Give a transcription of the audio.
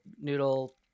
noodle